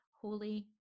holy